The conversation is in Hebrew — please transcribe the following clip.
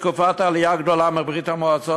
בתקופת העלייה הגדולה מברית-המועצות,